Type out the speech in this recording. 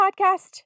podcast